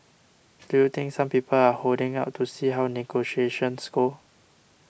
do you think some people are holding out to see how negotiations go